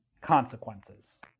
consequences